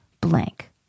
blank